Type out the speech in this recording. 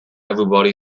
everybody